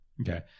Okay